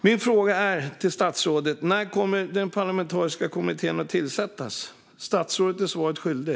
Min fråga till statsrådet är: När kommer den parlamentariska kommittén att tillsättas? Statsrådet är svaret skyldig.